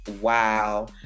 wow